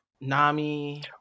Nami